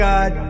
God